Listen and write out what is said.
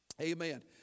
Amen